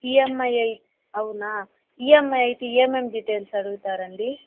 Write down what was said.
EMI అవునా EMI అయితే ఏమేం డీటైల్స్ అడుగుతారండి